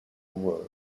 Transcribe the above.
world